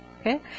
Okay